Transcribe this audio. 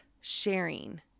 sharing